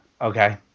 okay